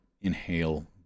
inhale